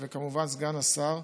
וכמובן לסגן השר,